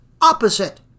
opposite